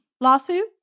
lawsuit